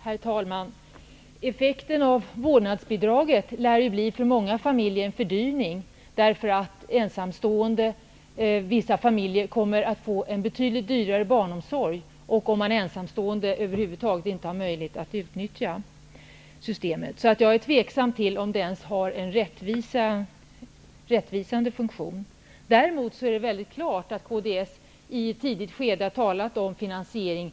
Herr talman! Effekten av vårdnadsbidraget lär för många familjer bli en fördyring, eftersom vissa familjer kommer att få en betydligt dyrare barnomsorg. Om man är ensamstående har man över huvud taget inte möjlighet att utnyttja systemet. Därför tvivlar jag på att bidraget ens har en rättvisande funktion. Däremot är det klart att kds i ett tidigt skede talade om finansieringen.